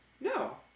No